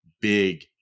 Big